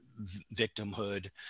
victimhood